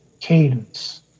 cadence